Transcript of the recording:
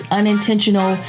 unintentional